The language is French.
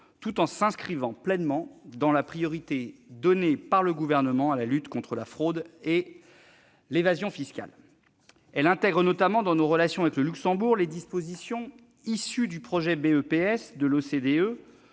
tout en s'inscrivant pleinement dans la priorité donnée par le Gouvernement à la lutte contre la fraude et l'évasion fiscales. Elle intègre notamment dans nos relations avec le Luxembourg les dispositions, issues du projet BEPS de l'OCDE